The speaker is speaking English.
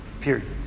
period